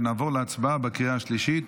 נעבור להצבעה בקריאה השלישית.